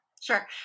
Sure